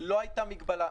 לא הייתה מגבלה.